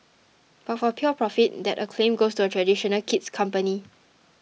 but for pure profit that acclaim goes to a traditional kid's company